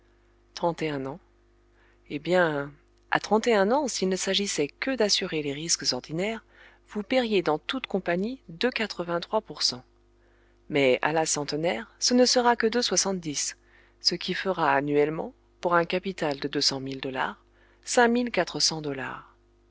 un ans eh bien à trente et un ans s'il ne s'agissait que d'assurer les risques ordinaires vous paieriez dans toute compagnie deux quatre-vingt-trois pour cent mais à la centenaire ce ne sera que deux soixante-dix ce qui fera annuellement pour un capital de deux cent mille dollars